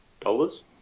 dollars